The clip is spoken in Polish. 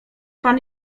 pan